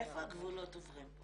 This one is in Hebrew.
איפה הגבולות עוברים?